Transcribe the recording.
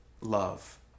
love